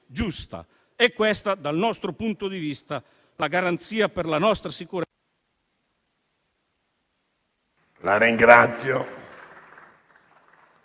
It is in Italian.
giusta. È questa, dal nostro punto di vista, la garanzia per la nostra sicurezza...